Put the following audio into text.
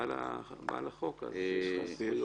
בעל החוק, אז יש לך זכויות.